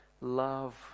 love